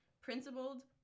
Principled